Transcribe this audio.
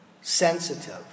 sensitive